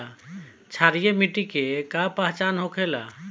क्षारीय मिट्टी के का पहचान होखेला?